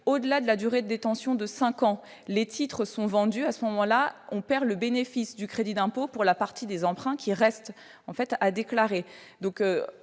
au-delà de la durée de détention de cinq ans, les titres sont vendus à ce moment-là, on perd le bénéfice du crédit d'impôt pour la partie des emprunts qui restent à déclarer.